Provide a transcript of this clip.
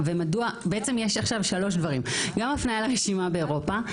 יש עכשיו שלושה דברים גם הפניה לרשימה באירופה,